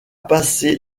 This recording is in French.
passé